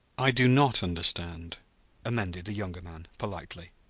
i do not understand amended the younger man politely.